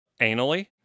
Anally